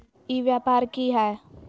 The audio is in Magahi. ई व्यापार की हाय?